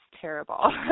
terrible